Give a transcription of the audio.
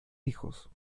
hijos